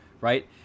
right